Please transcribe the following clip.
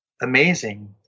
amazing